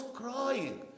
crying